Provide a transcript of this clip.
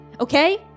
okay